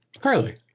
Carly